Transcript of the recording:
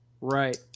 Right